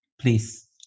please